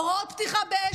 הוראות פתיחה באש,